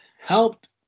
helped